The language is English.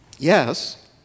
yes